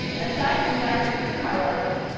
aside from dr. koop, however,